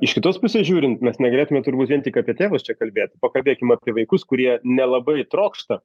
iš kitos pusės žiūrint mes negalėtume turbūt vien tik apie tėvus čia kalbėti pakalbėkim apie vaikus kurie nelabai trokšta